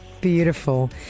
Beautiful